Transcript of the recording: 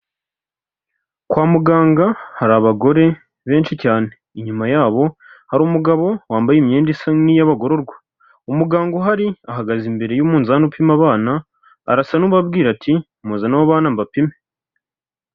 Kwa muganga hari abagore benshi cyane. Inyuma yabo hari umugabo wambaye imyenda isa nk'iy'abagororwa. Umuganga uhari ahagaze imbere y'umunzani upima abana, arasa n'ubabwira ati: "Muzane abo bana mbapime".